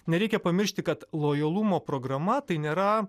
nereikia pamiršti kad lojalumo programa tai nėra